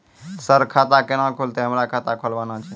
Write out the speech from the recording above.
Sir खाता केना खुलतै, हमरा खाता खोलवाना छै?